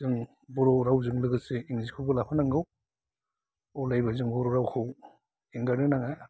जों बर' रावजों लोगोसे इंलिसखौबो लाफानांगौ अरायबो जों बर' रावखौ एंगारनो नाङा